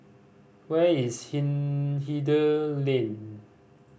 where is Hindhede Lane